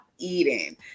eating